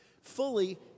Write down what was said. Fully